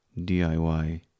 DIY